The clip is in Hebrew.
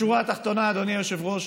בשורה התחתונה, אדוני היושב-ראש,